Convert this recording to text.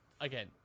again